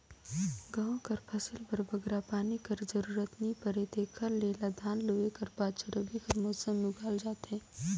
गहूँ कर फसिल बर बगरा पानी कर जरूरत नी परे तेकर ले एला धान लूए कर पाछू रबी कर मउसम में उगाल जाथे